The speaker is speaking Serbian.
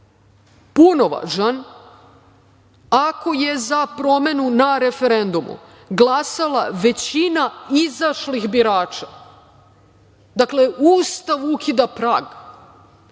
punovažan ako je za promenu na referendumu glasala većina izašlih birača. Dakle, Ustav ukida prag. Od